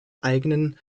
eigenen